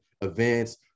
events